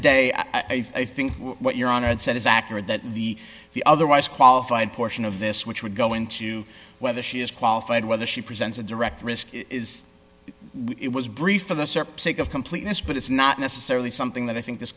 day i think what you're on it said is accurate that the the otherwise qualified portion of this which would go into whether she is qualified whether she presents a direct risk it was brief for the serp sake of completeness but it's not necessarily something that i think this